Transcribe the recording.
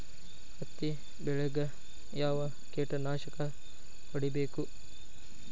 ಹತ್ತಿ ಬೆಳೇಗ್ ಯಾವ್ ಕೇಟನಾಶಕ ಹೋಡಿಬೇಕು?